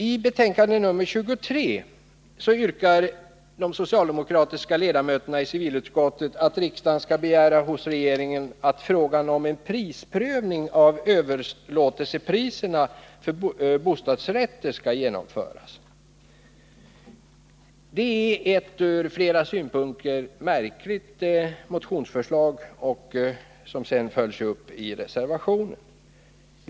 I betänkande 23 yrkar de socialdemokratiska ledamöterna i civilutskottet att riksdagen skall begära hos regeringen att frågan om en prisprövning av överlåtelsepriserna för bostadsrätter skall genomföras. Det är ett från flera synpunkter märkligt motionsförslag, som sedan följs upp i reservationen.